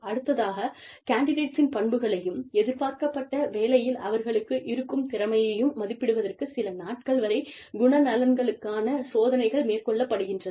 அடுத்ததாக கேண்டிடேட்ஸின் பண்புகளையும் எதிர்பார்க்கப்பட்ட வேலையில் அவர்களுக்கு இருக்கும் திறைமையையும் மதிப்பிடுவதற்கு சில நாட்கள் வரை குணநலன்களுக்கான சோதனைகள் மேற்கொள்ளப்படுகின்றது